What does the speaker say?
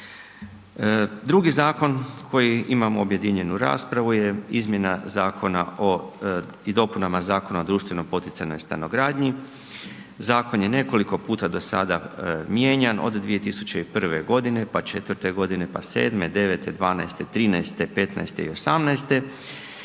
Drugi zakon koji imamo objedinjenu raspravu je izmjena i dopunama Zakona o društveno poticajnoj stanogradnji. Zakon je nekoliko puta do sada mijenjan od 2001. godine pa 4. godine, pa 7., 9., 12., 13., 15. i 18.